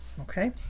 Okay